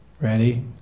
Ready